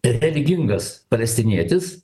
religingas palestinietis